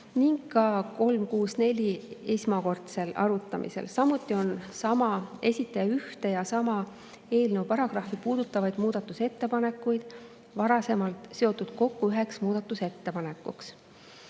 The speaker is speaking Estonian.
ning ka 364 esmakordsel arutamisel. Samuti on sama esitaja ühte ja sama eelnõu paragrahvi puudutavaid muudatusettepanekuid varasemalt seotud kokku üheks muudatusettepanekuks.